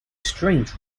strange